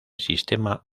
sistema